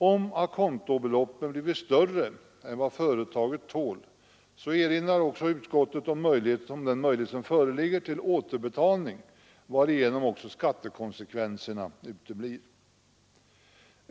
Om a-contobeloppen blivit större än vad företaget tål, så föreligger möjlighet — detta erinrar utskottet om — till återbetalning, varigenom också skattekonsekvenserna uteblir.